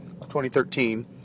2013